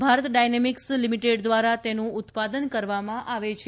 Bharat dynamics limited દ્વારા તેનું ઉત્પાદન કરવામાં આવે છે